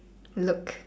look